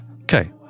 okay